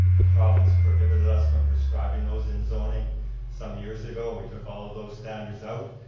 the province prohibit us from describing those in zoning some years ago, and we took all of those standards out.